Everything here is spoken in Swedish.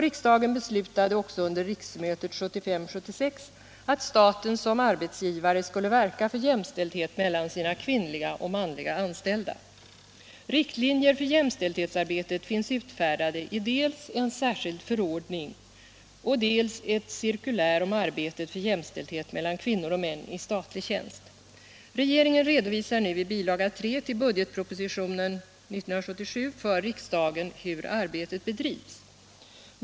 Riksdagen beslöt också under riksmötet 1975 77 för riksdagen hur arbetet bedrivs.